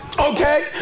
Okay